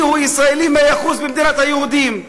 הוא ישראלי מאה אחוז במדינת היהודים.